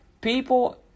People